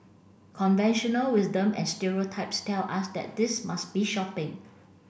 conventional wisdom and stereotypes tell us that this must be shopping